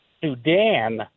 Sudan